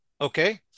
Okay